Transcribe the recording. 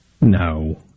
No